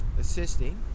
assisting